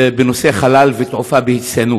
בנושא חלל ותעופה, בהצטיינות.